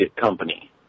Company